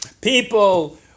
people